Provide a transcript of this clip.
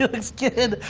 looks good.